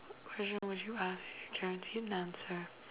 question would you ask if you were guaranteed an answer